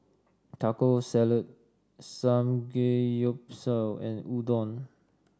Taco Salad Samgeyopsal and Udon